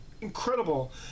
incredible